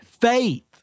faith